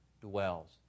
dwells